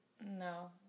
No